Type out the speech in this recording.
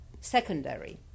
secondary